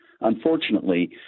Unfortunately